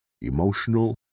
emotional